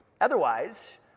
Otherwise